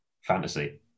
fantasy